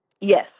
Yes